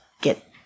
get